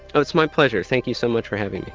so it's my pleasure, thank you so much for having me